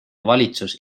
valitsus